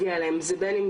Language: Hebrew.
בין אם זה באמצעות תאגיד,